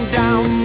down